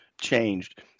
changed